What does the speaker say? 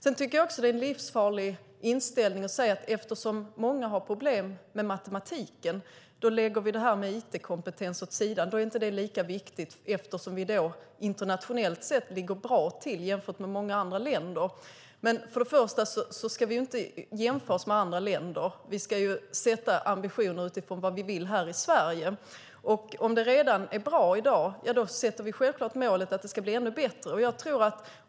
Det är en livsfarlig inställning att säga att eftersom många har problem med matematiken kan it-kompetensen läggas åt sidan, att den inte är lika viktig eftersom Sverige internationellt sett ligger bra till jämfört med många andra länder. Men vi ska inte jämföra oss med andra länder. Vi ska sätta ambitionerna utifrån vad vi vill här i Sverige. Om det är bra redan i dag sätter vi självklart målet att det ska bli ännu bättre.